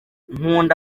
nkunda